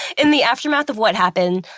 in the aftermath of what happened,